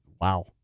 wow